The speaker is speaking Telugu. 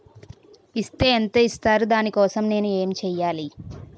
ఇస్ తే ఎంత ఇస్తారు దాని కోసం నేను ఎంచ్యేయాలి?